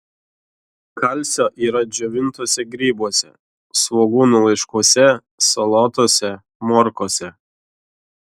kalcio yra džiovintuose grybuose svogūnų laiškuose salotose morkose